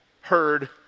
heard